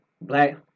Black